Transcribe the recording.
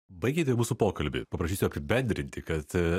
baigėte mūsų pokalbį paprašysiu apibendrinti kad